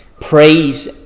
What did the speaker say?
praise